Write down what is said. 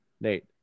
Nate